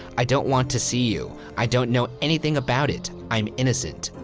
i don't want to see you. i don't know anything about it. i'm innocent.